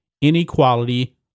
inequality